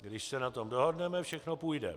Když se na tom dohodneme, všechno půjde.